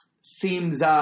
Seems